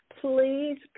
Please